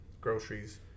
groceries